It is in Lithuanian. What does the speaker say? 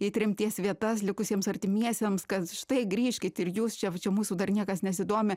į tremties vietas likusiems artimiesiems kad štai grįžkit ir jūs čiav čia mūsų dar niekas nesidomi